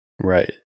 Right